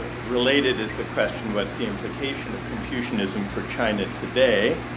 related is the question what's the implication of confucianism for china today,